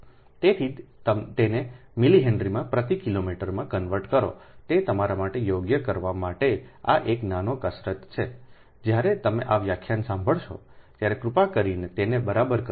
તેથી તેને મિલિ હેનરીમાં પ્રતિ કિલોમીટરમાં કન્વર્ટ કરો તે તમારા માટે યોગ્ય કરવા માટે આ એક નાનો કસરત છે જ્યારે તમે આ વ્યાખ્યાન સાંભળશો ત્યારે કૃપા કરીને તેને બરાબર કરો